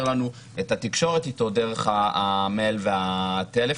לנו את התקשורת איתו דרך המייל והטלפון.